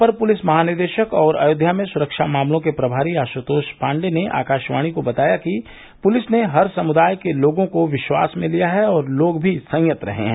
अपर police महानिदेशक और अयोध्या में सुरक्षा मामलो के प्रभारी आशुर्तोष पाण्डेय ने आकाशवाणी को बताया कि पुलिस ने हर समुदाय के लोगों को विश्वास में लिया है और लोग भी संयत रहे हैं